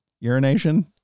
urination